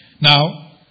Now